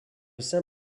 saint